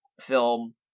film